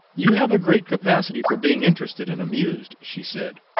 you have a great capacity for being interested and amused, she said.